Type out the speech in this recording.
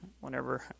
whenever